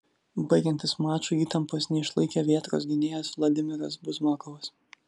baigiantis mačui įtampos neišlaikė vėtros gynėjas vladimiras buzmakovas